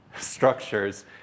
structures